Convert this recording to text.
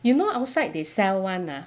you know outside they sell [one] lah